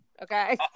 Okay